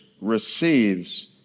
receives